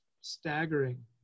staggering